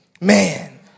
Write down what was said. Man